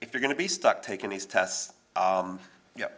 if you're going to be stuck taking these tests you know